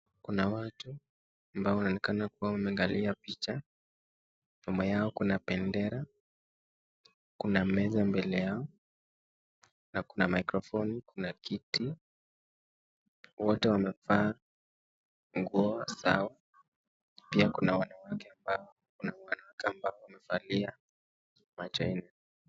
Kuna watu ambao wanaonekana kuwa wameangalia picha, nyuma yao kuna bendera kuna meza mbele yao na kuna mikrofoni na kiti wote wamevaa nguo zao, pia kuna wanawake ambao wanaonekana wamevalia macho nne.